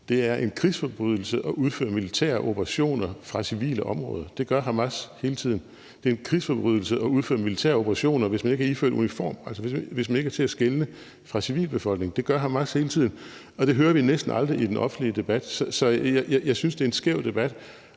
Det er en krigsforbrydelse at udføre militære operationer fra civile områder – det gør Hamas hele tiden. Det er en krigsforbrydelse at udføre militære operationer, hvis man ikke er iført uniform, altså hvis man ikke er til at skelne fra civilbefolkningen – det gør Hamas hele tiden. Og det hører vi næsten aldrig i den offentlige debat. Jeg synes, det er en skæv debat,